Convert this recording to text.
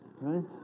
right